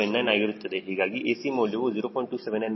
ಹೀಗಾಗಿ AC ಮೌಲ್ಯವು 0